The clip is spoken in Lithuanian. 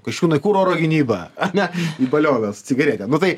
kasčiūnai kur oro gynyba ane į balionus cigaretę nu tai